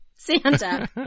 Santa